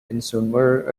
consumer